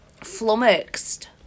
Flummoxed